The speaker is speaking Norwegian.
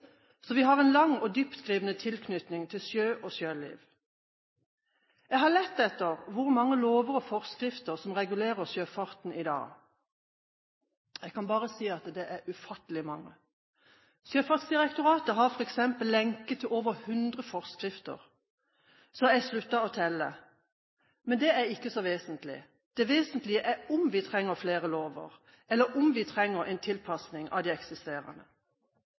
Så vi har en lang og dyptgripende tilknytning til sjø og sjøliv. Jeg har lett etter hvor mange lover og forskrifter som regulerer sjøfarten i dag. Jeg kan bare si at det er ufattelig mange. Sjøfartsdirektoratet har f.eks. lenke til over 100 forskrifter, så jeg har sluttet å telle. Men det er ikke så vesentlig. Det vesentlige er om vi trenger flere lover, eller om vi trenger en tilpasning av de eksisterende.